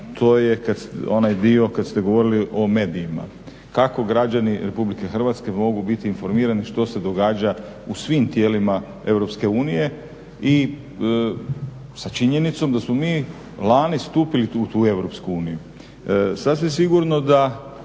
to je onaj dio kad ste govorili o medijima. Kako građani RH mogu biti informirani što se događa u svim tijelima EU i sa činjenicom da smo mi lani stupili u tu EU. Sasvim sigurno da